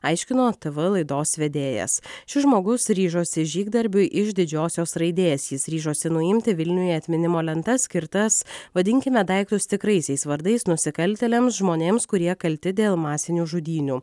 aiškino tv laidos vedėjas šis žmogus ryžosi žygdarbiui iš didžiosios raidės jis ryžosi nuimti vilniuje atminimo lenta skirtas vadinkime daiktus tikraisiais vardais nusikaltėliams žmonėms kurie kalti dėl masinių žudynių